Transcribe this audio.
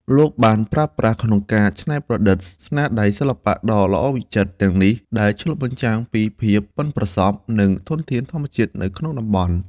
លោកបានប្រើប្រាស់ក្នុងការច្នៃប្រឌិតស្នាដៃសិល្បៈដ៏ល្អវិចិត្រទាំងនេះ ដែលឆ្លុះបញ្ចាំងពីភាពប៉ិនប្រសប់ និងធនធានធម្មជាតិនៅក្នុងតំបន់។